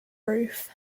roof